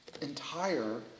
entire